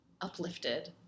uplifted